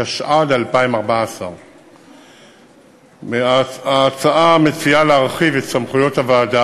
התשע"ד 2014. ההצעה היא להרחיב את סמכויות הוועדה